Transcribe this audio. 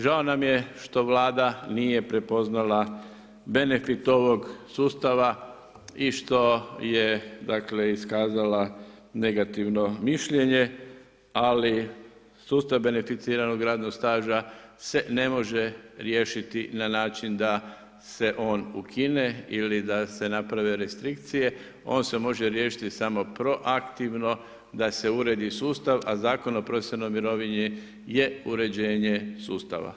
Žao nam je što vlada nije prepoznala benefitovog sustava i što je dakle, iskazala negativno mišljenje, ali sustav beneficiranog radnog staža se ne može riješiti na način da se on ukine ili da se naprave restrikcije, on se može riješiti samo proaktivno, da se uredi sustav, a Zakon o profesionalnoj mirovini je uređenje sustava.